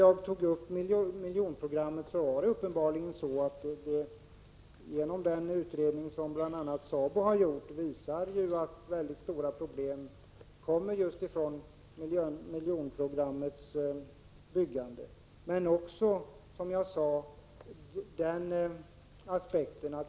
Jag nämnde miljonprogrammet eftersom man bl.a. i den utredning som SABO har gjort har visat att stora problem uppstått just i samband med detta byggande.